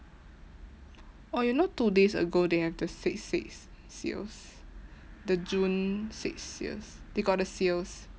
oh you know two days ago they have the six six sales the june six years they got the sales